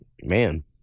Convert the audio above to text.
man